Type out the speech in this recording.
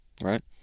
right